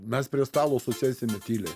mes prie stalo susėsime tyliai